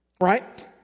Right